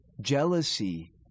Jealousy